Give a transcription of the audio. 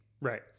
Right